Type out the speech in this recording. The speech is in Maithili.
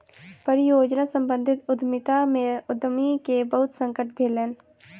परियोजना सम्बंधित उद्यमिता में उद्यमी के बहुत संकट भेलैन